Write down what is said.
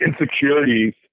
insecurities